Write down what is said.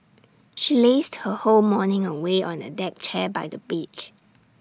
she lazed her whole morning away on A deck chair by the beach